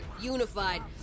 unified